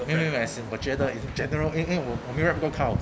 没没 as in 我觉得 is it general eh eh 我我没有 rep 个 account